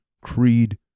creed